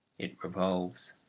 it revolves.